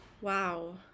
Wow